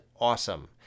awesome